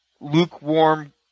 lukewarm